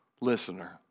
listener